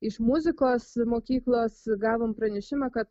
iš muzikos mokyklos gavom pranešimą kad